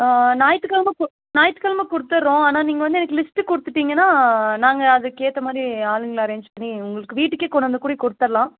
ஞாயித்துக்கெழமை ஞாயித்துக்கெழமை குடுத்துடறோம் ஆனால் நீங்கள் வந்து எனக்கு லிஸ்ட்டு கொடுத்துட்டீங்கனா நாங்கள் அதுக்கேற்றமாரி ஆளுங்களை அரேஞ்ச் பண்ணி உங்களுக்கு வீட்டுக்கே கொண்டாந்து கூட கொடுத்துர்லாம்